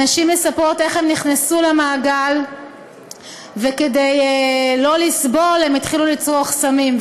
הנשים מספרות איך הן נכנסו למעגל וכדי לא לסבול הן התחילו לצרוך סמים.